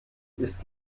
ist